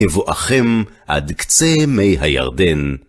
מבואכם עד קצה מי הירדן.